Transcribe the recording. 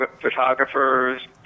photographers